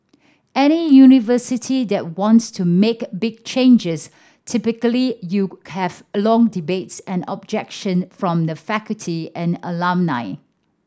any university that wants to make big changes typically you have long debates and objection from the faculty and alumni